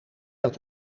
had